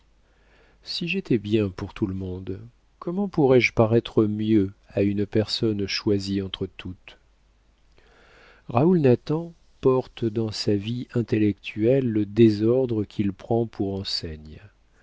si j'étais bien pour tout le monde comment pourrais-je paraître mieux à une personne choisie entre toutes raoul nathan porte dans sa vie intellectuelle le désordre qu'il prend pour enseigne